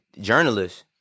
journalists